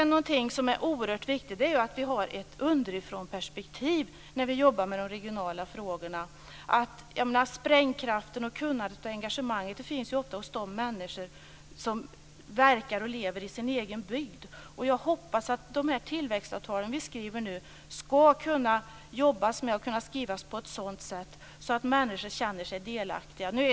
Någonting som också är oerhört viktigt är att ha ett underifrånperspektiv när vi jobbar med de regionala frågorna. Sprängkraften, kunnandet och engagemanget finns ofta hos de människor som lever och verkar i sin egen bygd. Jag hoppas att de tillväxtavtal som vi nu arbetar på ska kunna skrivas på ett sådant sätt att människor känner sig delaktiga.